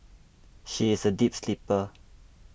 she is a deep sleeper